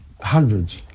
Hundreds